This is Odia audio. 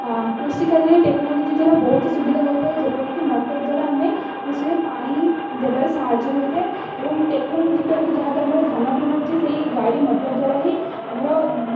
କୃଷିକାର୍ଯ୍ୟରେ ଟେକ୍ନୋଲୋଜି ଦ୍ୱାରା ବହୁତ ସୁବିଧା ହେଇଥାଏ ଯେପରି କି ମଟର ଦ୍ୱାରା ଆମେ କୃଷିରେ ପାଣି ଦେବାରେ ସାହାଯ୍ୟ ହେଇଥାଏ ଏବଂ ଟେକ୍ନୋଲୋଜି ଦ୍ୱାରା କି ଯାହା କି ଆମର ଧାନ ବି ହେଉଛି ସେହି ଗାଡ଼ି ମଟର ଦ୍ୱାରା ହିଁ ଆମର